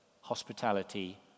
hospitality